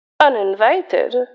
Uninvited